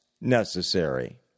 necessary